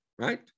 right